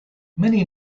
many